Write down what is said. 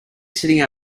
sitting